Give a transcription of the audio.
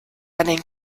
einen